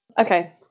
Okay